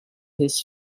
his